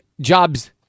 jobs